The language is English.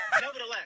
Nevertheless